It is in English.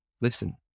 listen